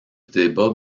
débat